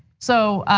so,